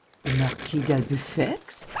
the marquis d'albufex?